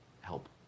help